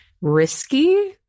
risky